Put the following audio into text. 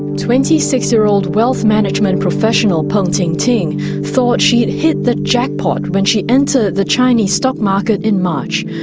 twenty six year old wealth management professional peng tingting thought she had hit the jackpot when she entered the chinese stock market in march.